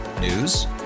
News